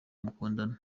mukundana